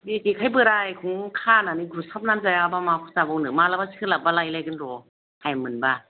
बे जेखाय बोरायखौनो खानानै गुरसाबनानै जायाबा माखौथो जाबावनो मालाबा सोलाब्बा लायलायगोन र' टायेम मोनबा